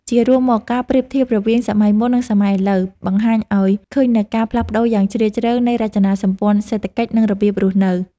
ជារួមមក ការប្រៀបធៀបរវាងសម័យមុន និងសម័យឥឡូវ បង្ហាញឱ្យឃើញនូវការផ្លាស់ប្តូរយ៉ាងជ្រាលជ្រៅនៃរចនាសម្ព័ន្ធសេដ្ឋកិច្ច និងរបៀបរស់នៅ។